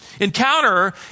encounter